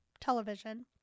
television